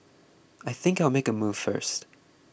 I think I'll make a move first